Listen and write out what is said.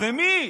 ומי?